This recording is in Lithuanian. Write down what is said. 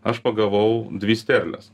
aš pagavau dvi sterles